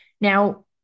Now